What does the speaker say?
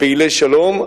כפעילי שלום,